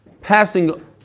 passing